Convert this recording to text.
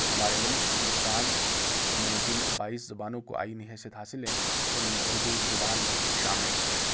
ہمارے ملک ہندوستان میں جن بائیس زبانوں کو آئینی حیثیت حاصل ہیں ان میں اردو زبان بھی شامل ہے